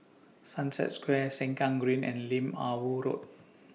Sunset Square Sengkang Green and Lim Ah Woo Road